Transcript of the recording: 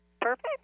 Perfect